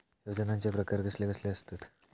योजनांचे प्रकार कसले कसले असतत?